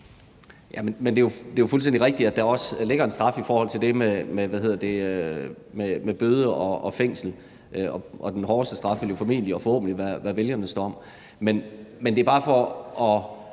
(EL): Det er jo fuldstændig rigtigt, at der også ligger en straf i forhold til det med bøde og fængsel, og den hårdeste straf vil jo formentlig og forhåbentlig være vælgernes dom. Men det er bare for at